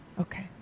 Okay